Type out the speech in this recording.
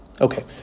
Okay